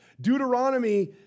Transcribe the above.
Deuteronomy